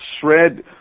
shred